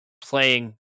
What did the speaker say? playing